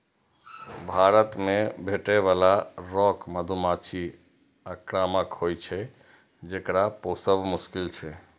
भारत मे भेटै बला रॉक मधुमाछी आक्रामक होइ छै, जेकरा पोसब मोश्किल छै